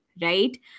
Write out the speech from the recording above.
right